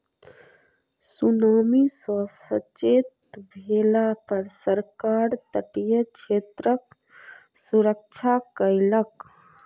tsunami सॅ सचेत भेला पर सरकार तटीय क्षेत्रक सुरक्षा कयलक